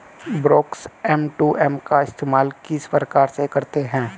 Brokers M to M का इस्तेमाल किस प्रकार से करते हैं?